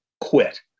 quit